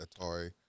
Atari